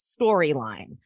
storyline